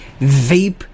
vape